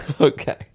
Okay